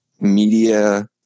media